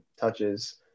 touches